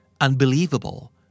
unbelievable